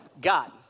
God